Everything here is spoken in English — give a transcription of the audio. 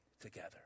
together